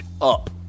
Up